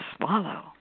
swallow